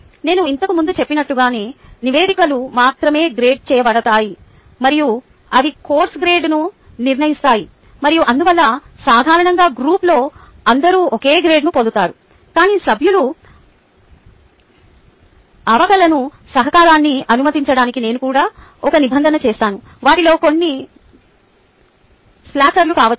నేను ఇంతకుముందు చెప్పినట్లుగా నివేదికలు మాత్రమే గ్రేడ్ చేయబడతాయి మరియు అవి కోర్సు గ్రేడ్ను నిర్ణయిస్తాయి మరియు అందువల్ల సాధారణంగా గ్రూప్లోని అందరూ ఒకే గ్రేడ్ను పొందుతారు కాని సభ్యుల అవకలన సహకారాన్ని అనుమతించడానికి నేను కూడా ఒక నిబంధన చేస్తాను వాటిలో కొన్ని స్లాకర్లు కావచ్చు